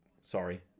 Sorry